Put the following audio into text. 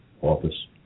office